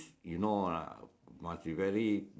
you know lah must be very